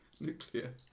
Nuclear